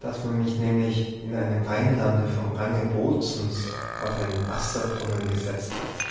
daß man mich nämlich in einem weinlande vom range bozens auf einen wasserbrunnen gesetzt hat